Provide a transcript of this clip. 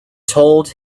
told